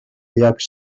llocs